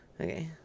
Okay